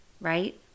right